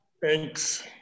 Thanks